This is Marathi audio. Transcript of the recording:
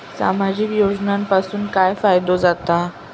सामाजिक योजनांपासून काय फायदो जाता?